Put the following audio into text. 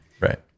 Right